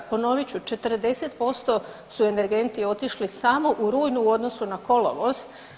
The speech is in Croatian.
Ponovit ću, 40% su energenti otišli samo u rujnu u odnosu na kolovoz.